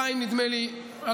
נדמה לי שבעוד 2,000 כיתות,